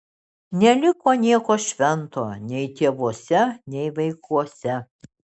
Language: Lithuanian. neliko nieko švento nei tėvuose nei vaikuose